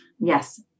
yes